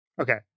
Okay